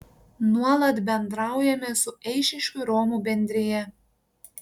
nuolat bendraujame su eišiškių romų bendrija